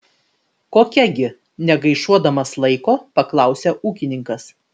kokia gi negaišuodamas laiko paklausia ūkininkas